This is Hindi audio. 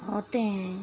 होते हैं